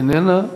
איננה.